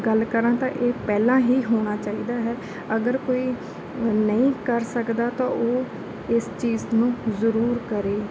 ਗੱਲ ਕਰਾਂ ਤਾਂ ਇਹ ਪਹਿਲਾਂ ਹੀ ਹੋਣਾ ਚਾਹੀਦਾ ਹੈ ਅਗਰ ਕੋਈ ਨਹੀਂ ਕਰ ਸਕਦਾ ਤਾਂ ਉਹ ਇਸ ਚੀਜ਼ ਨੂੰ ਜ਼ਰੂਰ ਕਰੇ